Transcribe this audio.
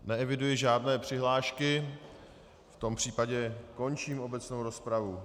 Neeviduji žádné přihlášky, v tom případě končím obecnou rozpravu.